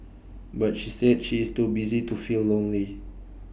but she said she is too busy to feel lonely